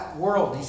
world